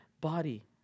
body